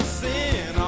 sin